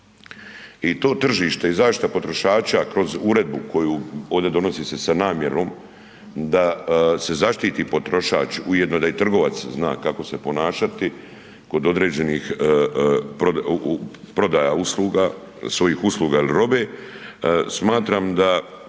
I to tržište i zaštita potrošača kroz uredbu koju ovde donosi se sa namjerom da se zaštiti potrošač, ujedno da i trgovac zna kako se ponašati kod određenih prodaja usluga, svojih usluga ili robe, smatram da